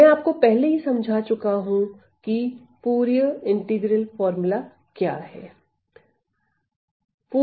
मैं आपको पहले ही समझा चुका हूं की फूरिये समाकल सूत्र क्या है